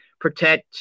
protect